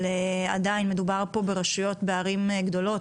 אבל עדיין מדובר פה ברשויות בערים גדולות,